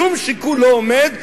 שום שיקול לא עומד,